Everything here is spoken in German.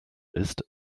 ist